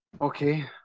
Okay